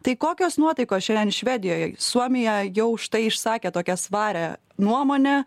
tai kokios nuotaikos šiandien švedijoje suomija jau štai išsakė tokią svarią nuomonę